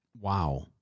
Wow